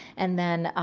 and then,